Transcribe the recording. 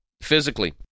physically